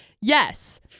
Yes